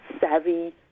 savvy